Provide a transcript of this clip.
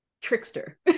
trickster